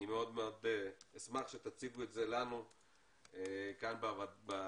אני מאוד אשמח שתציגו את זה לנו כאן בוועדה.